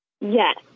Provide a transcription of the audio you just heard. Yes